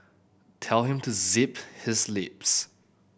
tell him to zip his lips